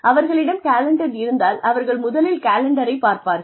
அவர்களிடம் காலெண்டர் இருந்தால் அவர்கள் முதலில் காலெண்டரை பார்ப்பார்கள்